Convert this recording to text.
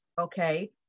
okay